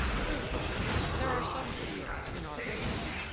true, father there are some good girls in our village.